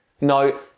no